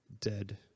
dead